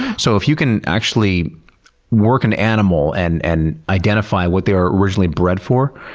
so if you can actually work an animal and and identify what they were originally bred for,